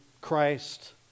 Christ